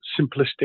simplistic